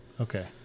Okay